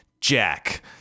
Jack